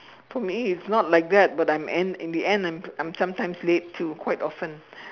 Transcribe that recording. for me it's not like that but I'm end in the end I'm I'm sometimes late too quite often